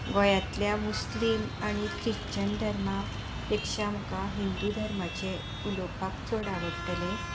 गोंयांतल्या मुस्लिम आनी ख्रिश्चन धर्मा पेक्षा आमकां हिंदू धर्माचे उलोवपाक चड आवडटलें